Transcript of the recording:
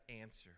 answer